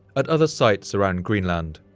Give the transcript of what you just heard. at other sites around greenland,